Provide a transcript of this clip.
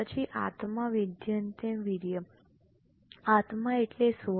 પછી આત્મા વિન્દ્યતે વીર્યમ આત્મા એટલે સ્વ